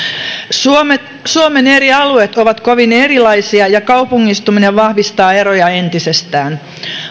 suomen suomen eri alueet ovat kovin erilaisia ja kaupungistuminen vahvistaa eroja entisestään